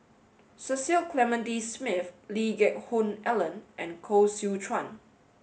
Cecil Clementi Smith Lee Geck Hoon Ellen and Koh Seow Chuan